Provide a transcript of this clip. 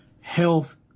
Health